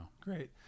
great